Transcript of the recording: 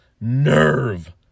nerve